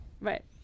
Right